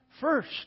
first